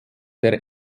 der